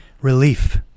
relief